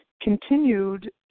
continued